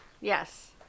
yes